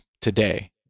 today